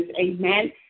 Amen